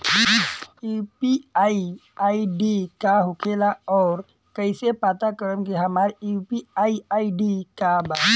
UPI ID का होखेला और कईसे पता करम की हमार यू.पी.आई आई.डी का बा?